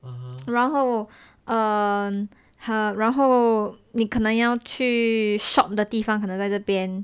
然后 err 然后你可能要去 shop 的地方可能在这边